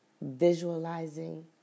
visualizing